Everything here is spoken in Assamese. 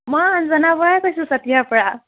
মই অঞ্জনা বৰাই কৈছোঁ চতিয়াৰ পৰা